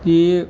یہ